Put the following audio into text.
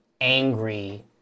angry